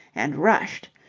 and rushed.